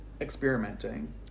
experimenting